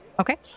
Okay